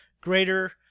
greater